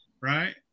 right